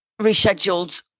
rescheduled